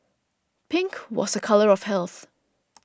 pink was a colour of health